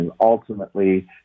ultimately